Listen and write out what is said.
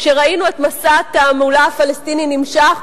כשראינו את מסע התעמולה הפלסטיני נמשך,